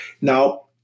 Now